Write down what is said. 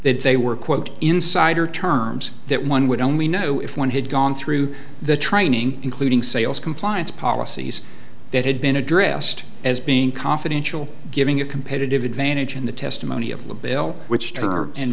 they were quote insider terms that one would only know if one had gone through the training including sales compliance policies that had been addressed as being confidential giving a competitive advantage in the testimony of the bill which turner and